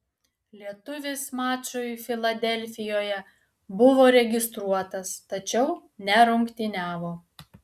lietuvis mačui filadelfijoje buvo registruotas tačiau nerungtyniavo